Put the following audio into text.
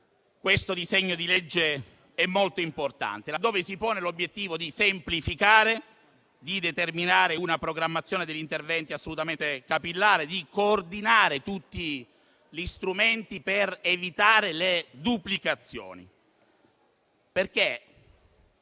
questo disegno di legge è molto importante. Esso si pone l'obiettivo di semplificare, di determinare una programmazione degli interventi assolutamente capillare e di coordinare tutti gli strumenti per evitare le duplicazioni. Il